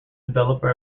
developer